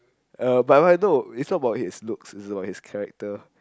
uh but what I know it's not about his looks it's about his character